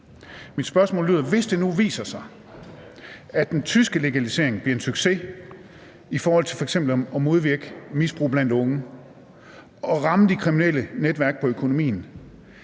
Mit spørgsmål lyder: Hvis det nu viser sig, at den tyske legalisering bliver en succes i forhold til f.eks. at modvirke misbrug blandt unge og ramme de kriminelle netværk på økonomien,